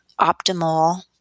optimal